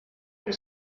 elle